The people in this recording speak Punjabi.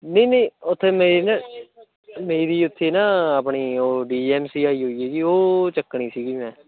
ਨਹੀਂ ਨਹੀਂ ਉੱਥੇ ਮੇਰੀ ਨਾ ਮੇਰੀ ਉੱਥੇ ਨਾ ਆਪਣੀ ਉਹ ਡੀ ਐੱਮ ਸੀ ਆਈ ਹੋਈ ਹੈ ਜੀ ਉਹ ਚੱਕਣੀ ਸੀਗੀ ਮੈਂ